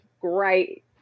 great